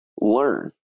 learn